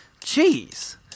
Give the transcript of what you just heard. Jeez